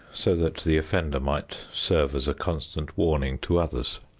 so that the offender might serve as a constant warning to others.